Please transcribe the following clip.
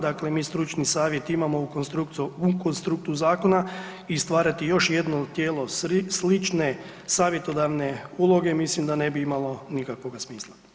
Dakle, mi stručni savjet imamo u konstruktu zakona i stvarati još jedno tijelo slične savjetodavne uloge, mislim da ne bi imalo nikakvoga smisla.